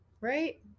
Right